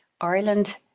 Ireland